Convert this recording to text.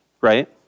right